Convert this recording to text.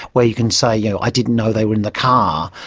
where you can say, you know, i didn't know they were in the car,